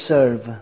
Serve